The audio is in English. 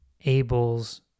abel's